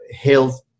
health